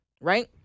right